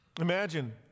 Imagine